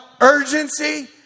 urgency